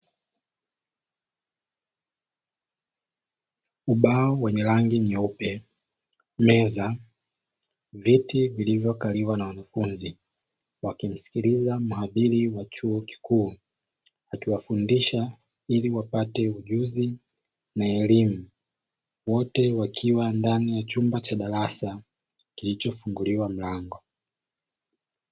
Ubao wenye rangi nyeupe, meza, viti vilivyokaliwa na wanafunzi, wakimsikiliza muhadhiri wa chuo kikuu, akiwafundisha ili wapate ujuzi na elimu, wote wakiwa ndani ya chumba cha darasa kilichofunguliwa mlango.